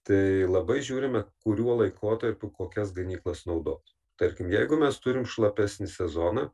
tai labai žiūrime kuriuo laikotarpiu kokias gamyklas naudot tarkim jeigu mes turim šlapesnį sezoną